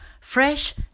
fresh